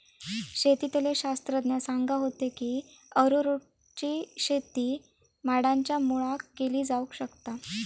शेतीतले शास्त्रज्ञ सांगा होते की अरारोटची शेती माडांच्या मुळाक केली जावक शकता